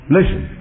Listen